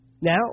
Now